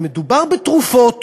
מדובר בתרופות